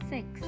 Six